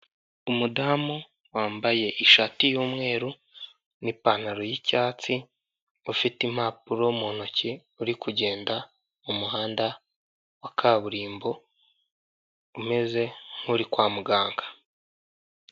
Umudamu wambaye ishati y'umweru n'ipantaro y'icyatsi, ufite impapuro mu ntok,i uri kugenda mu muhanda wa kaburimbo umeze nk'uri kwa muganga.